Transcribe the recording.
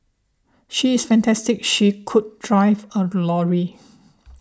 she is fantastic she could drive a lorry